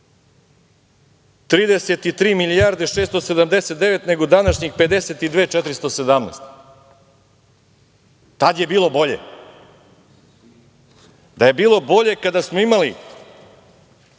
33 milijarde 679 nego današnjih 52.417, tad je bilo bolje. Kažu da je bilo bolje kada smo imali